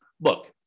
look